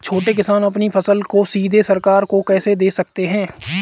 छोटे किसान अपनी फसल को सीधे सरकार को कैसे दे सकते हैं?